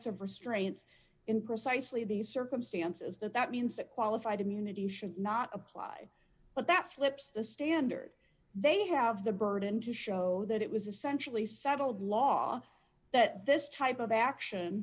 of restraints in precisely these circumstances that that means that qualified immunity should not apply but that flips the standard they have the burden to show that it was essentially settled law that this type of action